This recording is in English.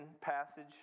passage